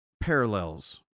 parallels